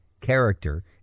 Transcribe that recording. character